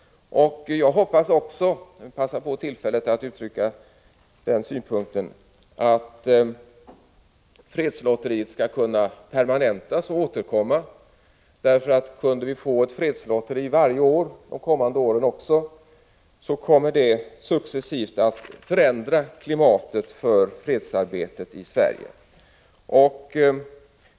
Jag vill passa på tillfället att uttrycka den förhoppningen att fredslotteriet skall kunna permanentas och återkomma. Kunde vi få ett fredslotteri varje år de kommande åren skulle det successivt komma att förändra klimatet för fredsarbetet i Sverige.